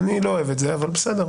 אני לא אוהב את זה, אבל בסדר.